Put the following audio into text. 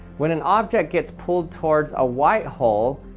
when an object gets pulled towards a white hole,